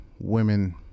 women